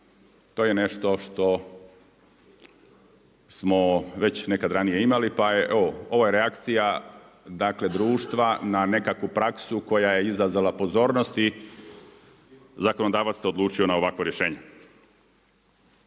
to je nešto što smo već nekad ranije imali, pa je evo, ovo je reakcija društva na nekakvu praksu koja je izazvala pozornosti, zakonodavac se odlučio na ovakvo rješenje.